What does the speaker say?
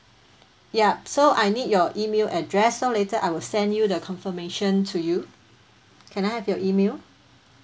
ya so I need your email address so later I will send you the confirmation to you can I have your email